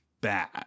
bad